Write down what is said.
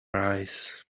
rise